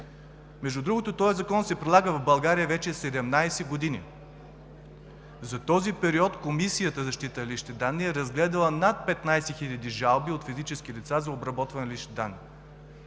Между другото, този закон се прилага в България 17 години вече. За този период Комисията за защита на личните данни е разгледала над 15 хиляди жалби от физически лица за обработване на личните данни.